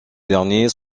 derniers